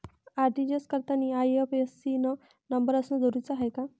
RTGS करतांनी IFSC न number असनं जरुरीच हाय का?